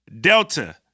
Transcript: Delta